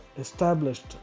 established